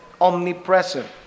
omnipresent